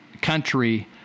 country